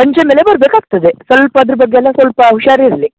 ಪಂಚೆ ಮೇಲೆ ಬರಬೇಕಾಗ್ತದೆ ಸ್ವಲ್ಪ ಅದ್ರ ಬಗ್ಗೆ ಎಲ್ಲ ಸ್ವಲ್ಪ ಹುಷಾರ್ ಇರಲಿ